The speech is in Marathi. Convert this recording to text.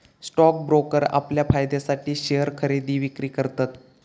स्टॉक ब्रोकर आपल्या फायद्यासाठी शेयर खरेदी विक्री करतत